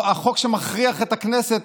החוק שמכריח את הכנסת,